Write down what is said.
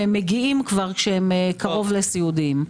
ומגיעים כשהם כבר קרוב לסיעודיים.